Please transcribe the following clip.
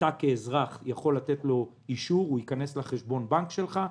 אתה כאזרח יכול לתת לו אישור והוא ייכנס לחשבון הבנק שלך,